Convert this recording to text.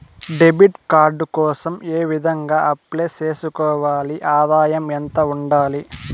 Debit card కోసం ఏ విధంగా అప్లై సేసుకోవాలి? ఆదాయం ఎంత ఉండాలి?